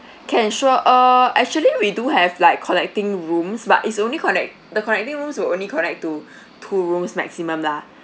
can sure err actually we do have like connecting rooms but is only connect the correcting rooms will only connect to two rooms maximum lah